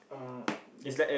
uh that's